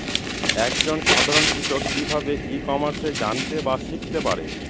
এক জন সাধারন কৃষক কি ভাবে ই কমার্সে জানতে বা শিক্ষতে পারে?